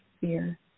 fear